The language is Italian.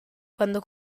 quando